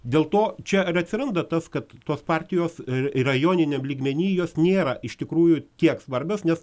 dėl to čia ir atsiranda tas kad tos partijos ir rajoniniam lygmeny jos nėra iš tikrųjų tiek svarbios nes